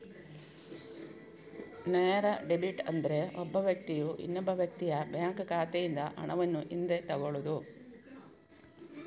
ನೇರ ಡೆಬಿಟ್ ಅಂದ್ರೆ ಒಬ್ಬ ವ್ಯಕ್ತಿಯು ಇನ್ನೊಬ್ಬ ವ್ಯಕ್ತಿಯ ಬ್ಯಾಂಕ್ ಖಾತೆಯಿಂದ ಹಣವನ್ನು ಹಿಂದೆ ತಗೊಳ್ಳುದು